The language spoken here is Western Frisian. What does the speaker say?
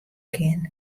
kin